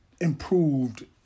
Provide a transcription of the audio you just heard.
improved